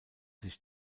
sich